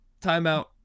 timeout